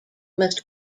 must